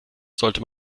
sollte